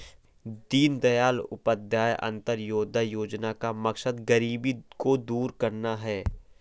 दीनदयाल उपाध्याय अंत्योदय योजना का मकसद गरीबी को दूर करना है